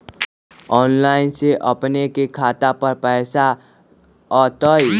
Online से अपने के खाता पर पैसा आ तई?